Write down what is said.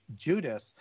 Judas